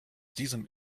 diesem